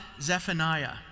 Zephaniah